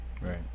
Right